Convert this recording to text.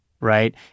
Right